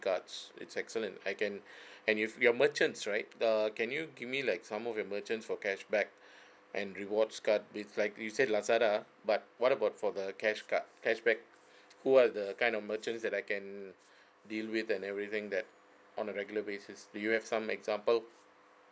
cards it's excellent I can and if your merchants right err can you give me like some of your merchant for cashback and rewards cards is like you said lazada but what about for the cash card cashback who are the kind of merchants that I can deal with and everything that on a regular basis do you have some example